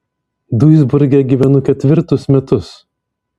duisburge gyvenu ketvirtus metus